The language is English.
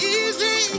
easy